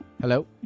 hello